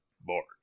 bark